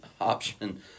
option